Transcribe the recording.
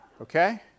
Okay